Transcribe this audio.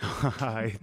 cha chai